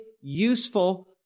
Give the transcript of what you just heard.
useful